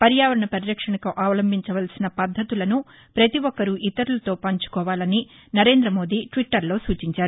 పర్యావరణ పరిరక్షణకు అవలంబించవలసిన పద్దతులను పతి ఒక్కరూ ఇతరులతో పంచుకోవాలని నరేంద్రమోదీ ట్విట్లర్లో సూచించారు